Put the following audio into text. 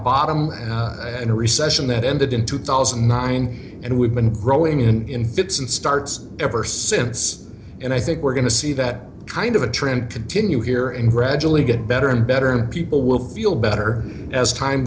bottom in a recession that ended in two thousand and nine and we've been growing in fits and starts ever since and i think we're going to see that kind of a trend continue here and gradually get better and better and people will feel better as time